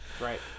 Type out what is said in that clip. Right